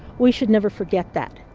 we should never forget that